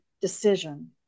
decision